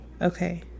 okay